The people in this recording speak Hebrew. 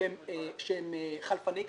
אני מתכבד לפתוח את ישיבת ועדת הכספים.